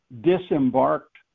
disembarked